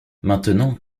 maintenant